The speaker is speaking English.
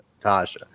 Tasha